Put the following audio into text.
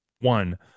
One